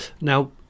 Now